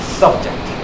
subject